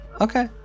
Okay